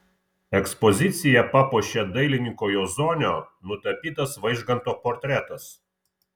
ekspoziciją papuošė dailininko juozonio nutapytas vaižganto portretas